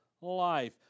life